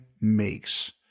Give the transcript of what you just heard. makes